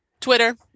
twitter